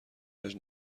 وجه